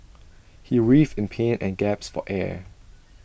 he writhed in pain and gasped for air